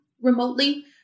remotely